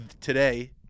today